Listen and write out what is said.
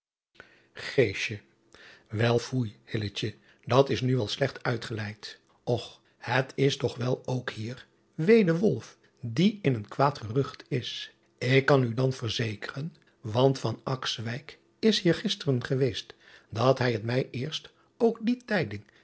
el foei dat is nu wel slecht uitgeleid ch het is toch wel ook hier wee den wolf die in een kwaad gerucht is k kan u dan verzekeren want is hier gisteren geweest dat hij mij het eerst ook die tijding